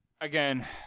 again